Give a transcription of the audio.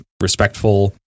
respectful